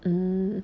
mm